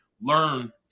learn